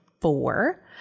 four